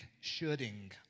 shooting